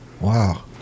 Wow